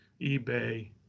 eBay